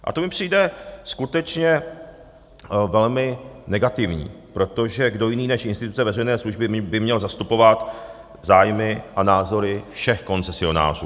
A to mi přijde skutečně velmi negativní, protože kdo jiný než instituce veřejné služby by měl zastupovat zájmy a názory všech koncesionářů.